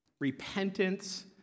repentance